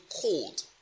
cold